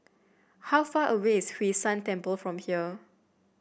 how far away is Hwee San Temple from here